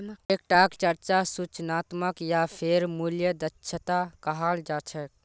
एक टाक चर्चा सूचनात्मक या फेर मूल्य दक्षता कहाल जा छे